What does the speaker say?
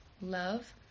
love